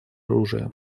оружия